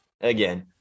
again